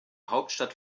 hauptstadt